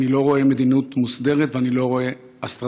אני לא רואה מדיניות מוסדרת ואני לא רואה אסטרטגיה.